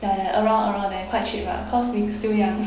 ya ya around around there quite cheap ah cause being still young